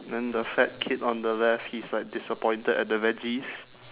then the fat kid on the left he's like disappointed at the veggies